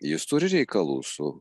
jis turi reikalų su